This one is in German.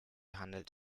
handelt